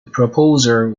proposal